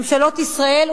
ממשלות ישראל,